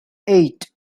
eight